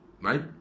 right